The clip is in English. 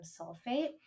sulfate